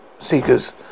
seekers